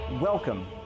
Welcome